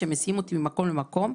שמסיעים אותי ממקום למקום.